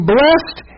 Blessed